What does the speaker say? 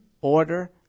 order